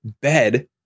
bed